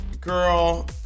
Girl